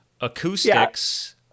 acoustics